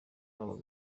wabo